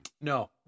no